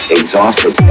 exhausted